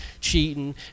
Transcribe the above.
cheating